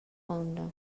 gronda